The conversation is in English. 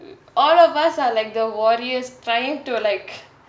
all of us are like the warriors trying to like